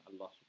Allah